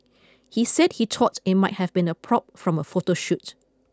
he said he thought it might have been a prop from a photo shoot